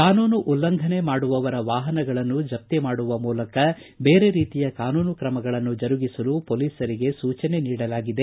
ಕಾನೂನು ಉಲ್ಲಂಘನೆ ಮಾಡುವವರ ವಾಹನಗಳನ್ನು ಜಪ್ತಿ ಮಾಡುವ ಮೂಲಕ ಬೇರೆ ರೀತಿಯ ಕಾನೂನು ತ್ರಮಗಳನ್ನು ಜರುಗಿಸಲು ಪೊಲೀಸರಿಗೆ ಸೂಚನೆ ನೀಡಲಾಗಿದೆ